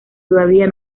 todavía